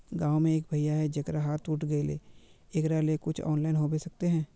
गाँव में एक भैया है जेकरा हाथ टूट गले एकरा ले कुछ ऑनलाइन होबे सकते है?